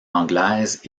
anglaise